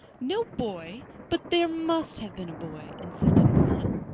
no boy! but there must have been a boy, insisted marilla.